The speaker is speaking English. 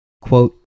Quote